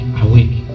awake